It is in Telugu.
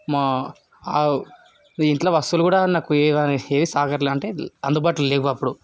మా ఆవు అది ఇంట్ల వస్తువులు కూడా నాకు ఏవి ఏవి అంటే ఏది అందుబాటులో లేవు అప్పుడు